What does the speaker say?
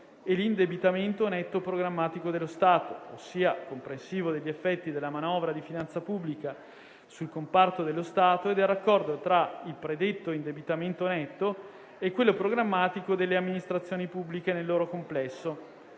e l'indebitamento netto programmatico dello Stato, ossia comprensivo degli effetti della manovra di finanza pubblica sul comparto dello Stato, e del raccordo tra il predetto indebitamento netto e quello programmatico delle amministrazioni pubbliche nel loro complesso.